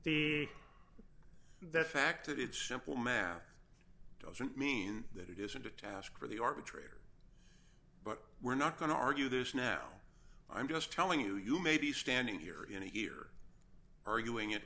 that it's simple math doesn't mean that it isn't a task for the arbitrator but we're not going to argue this now i'm just telling you you may be standing here in a year arguing it